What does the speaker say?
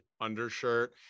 undershirt